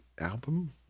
album